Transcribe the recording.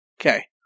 Okay